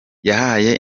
yahaye